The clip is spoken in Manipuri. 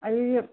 ꯑꯗꯨꯗꯤ